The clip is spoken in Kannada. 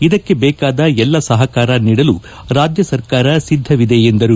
ಇದಕ್ಕೆ ದೇಕಾದ ಎಲ್ಲಾ ಸಪಕಾರ ನೀಡಲು ರಾಜ್ಯ ಸರ್ಕಾರ ಸಿದ್ಗವಿದೆ ಎಂದರು